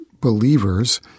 believers